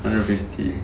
hundred fifty